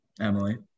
Emily